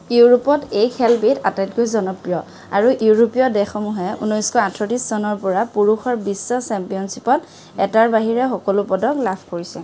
ইউৰোপত এই খেলবিধ আটাইতকৈ জনপ্ৰিয় আৰু ইউৰোপীয় দেশসমূহে ঊনৈছশ আঠত্ৰিছ চনৰ পৰা পুৰুষৰ বিশ্ব চেম্পিয়নশ্বিপত এটাৰ বাহিৰে সকলো পদক লাভ কৰিছে